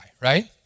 right